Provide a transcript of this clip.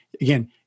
again